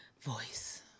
voice